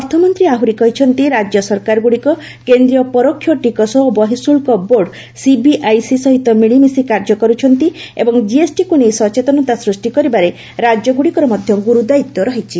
ଅର୍ଥମନ୍ତ୍ରୀ ଆହୁରି କହିଛନ୍ତି ରାଜ୍ୟ ସରକାରଗୁଡ଼ିକ କେନ୍ଦ୍ରୀୟ ପରୋକ୍ଷ ଟିକସ୍ ଓ ବହିଶୁଳ୍କ ବୋର୍ଡସିବିଆଇସିସହିତ ମିଳିମିଶି କାର୍ଯ୍ୟ କରୁଛନ୍ତି ଏବଂ ଜିଏସ୍ଟିକୁ ନେଇ ସଚେତନତା ସ୍ହିଷ୍ଟି କରିବାରେ ରାଜ୍ୟ ଗୁଡ଼ିକର ମଧ୍ୟ ଗୁରୁଦାୟିତ୍ୱ ରହିଛି